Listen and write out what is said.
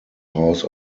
house